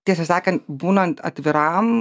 tiesą sakant būnant atviram